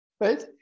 right